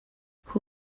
who